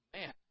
Man